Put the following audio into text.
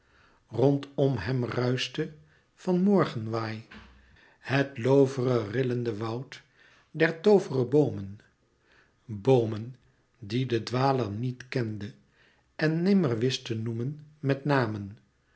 rondom hem ruischte van morgenwaai het loovere rillende woud der toovere boomen boomen die de dwaler niet kende en nimmer wist te noemen met namen